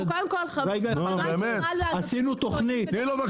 אנחנו קודם כול --- תני לו לדבר,